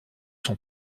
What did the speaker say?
son